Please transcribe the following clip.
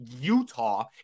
Utah